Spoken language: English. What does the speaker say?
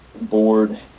board